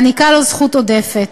מעניקה לו זכות עודפת.